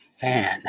fan